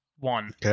One